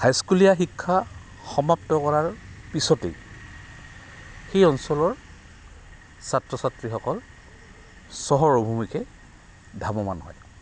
হাইস্কুলীয়া শিক্ষা সমাপ্ত কৰাৰ পিছতেই সেই অঞ্চলৰ ছাত্ৰ ছাত্ৰীসকল চহৰ অভিমুখে ধাৱমান হয়